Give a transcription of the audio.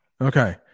okay